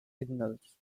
signals